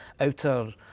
outer